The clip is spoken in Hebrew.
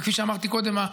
וכפי שאמרתי קודם,